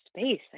space